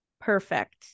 perfect